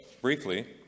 briefly